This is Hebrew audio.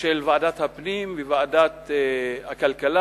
של ועדת הפנים וועדת הכלכלה,